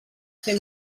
ser